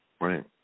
Right